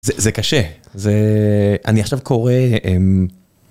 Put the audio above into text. זה קשה זה אני עכשיו קורא.